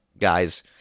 guys